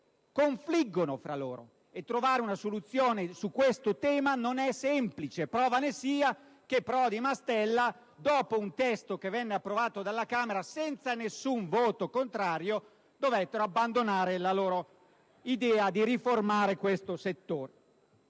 confliggono tra loro e trovare una soluzione non è semplice, prova ne sia che Prodi e Mastella, dopo aver proposto un testo che venne approvato dalla Camera senza nessun voto contrario, dovettero abbandonare la loro idea di riformare questo settore.